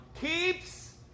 Keeps